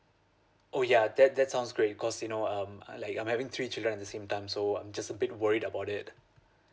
oh ya that that sounds great cause you know um uh like I'm having three children at the same time so I'm just a bit worried about it